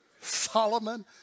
Solomon